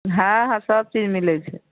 हँ हँ सबचीज मिलैत छै